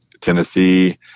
tennessee